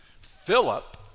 Philip